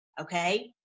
Okay